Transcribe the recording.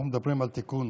אנחנו מדברים על תיקון